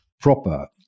proper